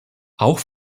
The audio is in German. auch